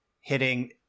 hitting